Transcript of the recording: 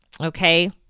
Okay